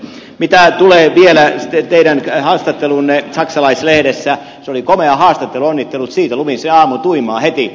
mitä tulee vielä teidän haastatteluunne saksalaislehdessä se oli komea haastattelu onnittelut siitä luin sen aamutuimaan heti